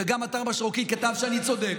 וגם אתר משרוקית כתב שאני צודק.